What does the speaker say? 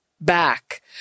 back